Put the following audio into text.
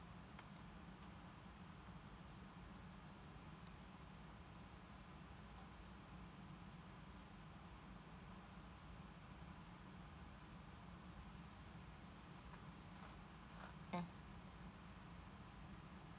mm